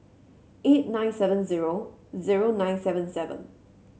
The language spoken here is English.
eight nine seven zero zero nine seven seven